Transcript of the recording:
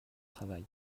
travail